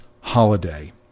holiday